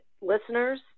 listeners